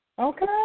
Okay